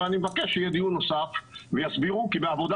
אז אני מבקש שיהיה דיון נוסף ויסבירו כי בעבודה